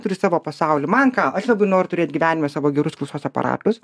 turi savo pasaulį man ką aš labai noriu turėt gyvenime savo gerus klausos aparatus